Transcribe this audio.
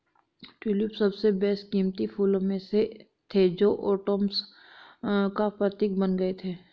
tulip सबसे बेशकीमती फूलों में से थे जो ओटोमन्स का प्रतीक बन गए थे